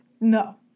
No